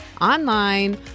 online